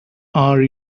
are